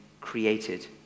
created